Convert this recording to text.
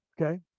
Okay